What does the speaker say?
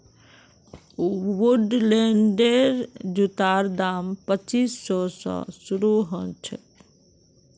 वुडलैंडेर जूतार दाम पच्चीस सौ स शुरू ह छेक